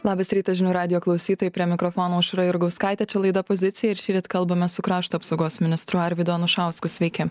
labas rytas žinių radijo klausytojai prie mikrofono aušra jurgauskaitė čia laida pozicija ir šįryt kalbamės su krašto apsaugos ministru arvydu anušausku sveiki